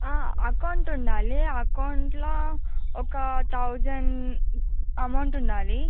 account ఉండాలి అకౌంట్లో ఒక థౌజండ్ అమౌంట్ ఉండాలి